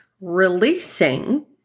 Releasing